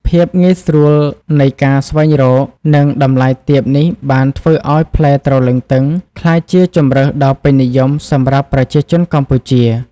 ភាពងាយស្រួលនៃការស្វែងរក និងតម្លៃទាបនេះបានធ្វើឲ្យផ្លែទ្រលឹងទឹងក្លាយជាជម្រើសដ៏ពេញនិយមសម្រាប់ប្រជាជនកម្ពុជា។